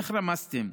איך רמסתם?